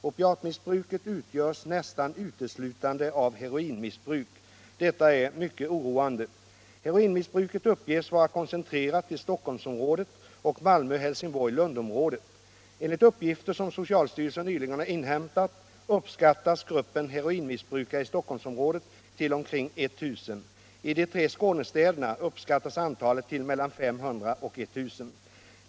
Opiatmissbruket utgörs nästan uteslutande av heroinmissbruk. Detta är mycket oroande. Heroinmissbruket uppges vara koncentrerat till Stockholmsområdet och Malmö-Helsingborg-Lundområdet. Enligt uppgifter som socialstyrelsen nyligen har inhämtat uppskattas gruppen heroinmissbrukare i Stockholmsområdet till omkring 1 000. I de tre Skånestäderna uppskattas antalet till mellan 500 och 1 000.